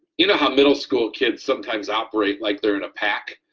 you know how middle school kids sometimes operate like they're in a pack,